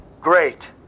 Great